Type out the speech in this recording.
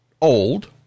old